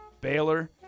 Baylor